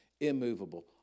immovable